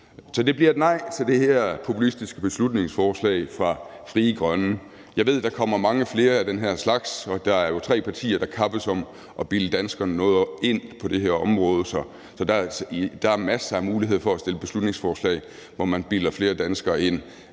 Så det bliver et nej til det her populistiske beslutningsforslag fra Frie Grønne. Jeg ved, at der kommer mange flere af den slags, og der er jo tre partier, der kappes om at bilde danskerne noget ind på det her område. Så der er masser af muligheder for at fremsætte beslutningsforslag, hvor man bilder flere danskere ind,